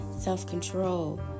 self-control